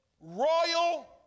royal